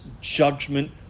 judgment